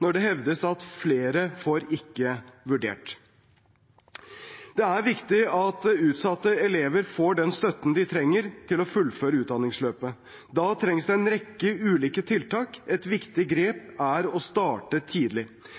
når det hevdes at flere får «ikke vurdert». Det er viktig at utsatte elever får den støtten de trenger til å fullføre utdanningsløpet. Da trengs det en rekke ulike tiltak. Et viktig grep er å starte tidlig.